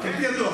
על-פי הדוח.